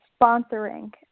sponsoring